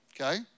okay